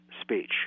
speech